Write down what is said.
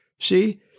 see